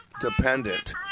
Dependent